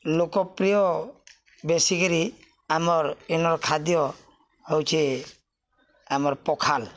ଲୋକପ୍ରିୟ ବେଶୀକରି ଆମର୍ ଇନର୍ ଖାଦ୍ୟ ହଉଚେ ଆମର୍ ପଖାଲ୍